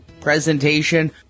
presentation